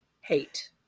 Hate